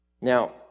Now